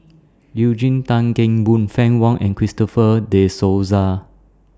Eugene Tan Kheng Boon Fann Wong and Christopher De Souza